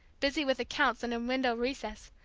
busy with accounts in a window recess,